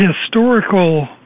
historical